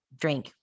drink